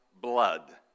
blood